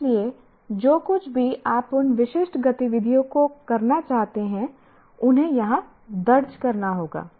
इसलिए जो कुछ भी आप उन विशिष्ट गतिविधियों को करना चाहते हैं उन्हें यहां दर्ज करना होगा